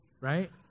right